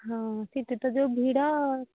ହଁ ସେଥିରେ ତ ଯୋଉ ଭିଡ଼